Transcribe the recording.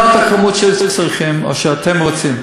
לא את המספר שצריכים או שאתם רוצים.